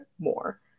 more